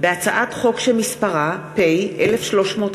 באסל גטאס,